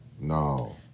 no